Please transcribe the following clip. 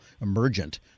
emergent